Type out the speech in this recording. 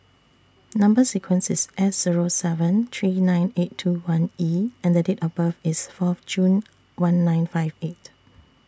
Number sequence IS S Zero seven three nine eight two one E and Date of birth IS Fourth June one nine five eight